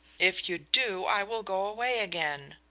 if you do i will go away again.